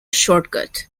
shortcut